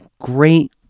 great